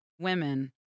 women